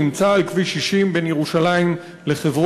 שנמצא על כביש 60 בין ירושלים לחברון,